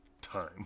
time